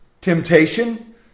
temptation